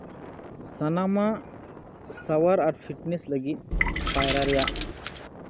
ᱥᱟᱱᱟᱢᱟᱜ ᱥᱟᱶᱟᱨ ᱟᱨ ᱯᱷᱤᱴᱱᱮᱥ ᱞᱟᱹᱜᱤᱫ ᱯᱟᱭᱨᱟ ᱨᱮᱭᱟᱜ